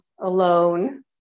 alone